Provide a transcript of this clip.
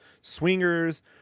Swingers